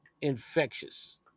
Infectious